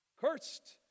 Cursed